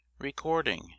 Recording